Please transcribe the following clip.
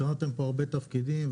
הזכרתם פה הרבה תפקידים,